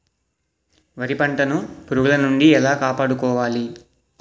వరి పంటను పురుగుల నుండి ఎలా కాపాడుకోవాలి?